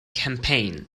campaign